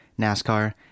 NASCAR